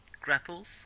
grapples